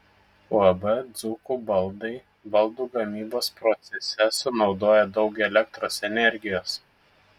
uab dzūkų baldai baldų gamybos procese sunaudoja daug elektros energijos